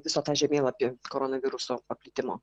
visą tą žemėlapį koronaviruso paplitimo